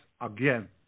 again